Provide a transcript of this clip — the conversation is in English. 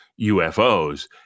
ufos